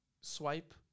swipe